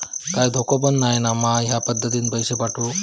काय धोको पन नाय मा ह्या पद्धतीनं पैसे पाठउक?